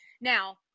Now